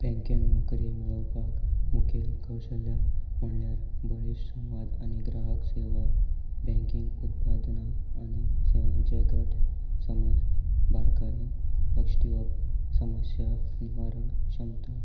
बँकेन नोकरी मेळोवपाक मुखेल कौश्य म्हणल्यार बळीश संवाद आनी ग्राहक सेवा बँकींग उत्पादनां आनी सेवांचे गट समज बारकाये लक्ष दिवप समस्या निवारण क्षमता